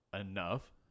Enough